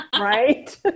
right